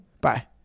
Bye